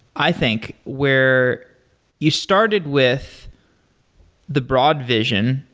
i think, where you started with the broad vision,